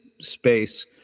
space